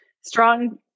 strong